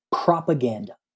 propaganda